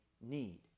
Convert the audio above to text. need